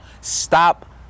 stop